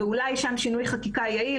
אולי שם שינוי חקיקה יועיל,